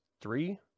three